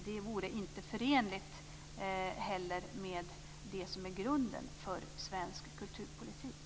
Det vore inte heller förenligt med det som är grunden för svensk kulturpolitik.